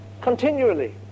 continually